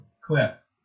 Cliff